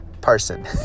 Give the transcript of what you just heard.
person